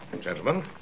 Gentlemen